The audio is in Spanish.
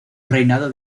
reinado